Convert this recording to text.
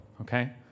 Okay